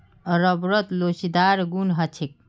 रबरत लोचदार गुण ह छेक